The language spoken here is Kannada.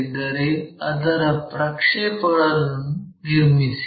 ಇದ್ದರೆ ಅದರ ಪ್ರಕ್ಷೇಪಗಳನ್ನು ನಿರ್ಮಿಸಿ